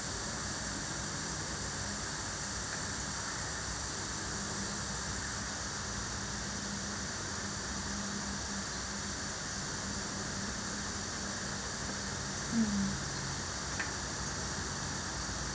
mm